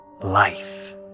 life